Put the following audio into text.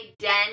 Den